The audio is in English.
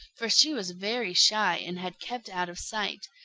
for she was very shy and had kept out of sight.